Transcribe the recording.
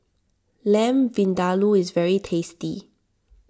Lamb Vindaloo is very tasty